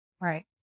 Right